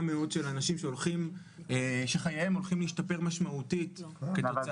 מאוד של אנשים שחייהם הולכים להשתפר משמעותית בעקבות